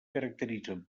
caracteritzen